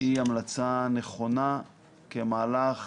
היא המלצה נכונה כמהלך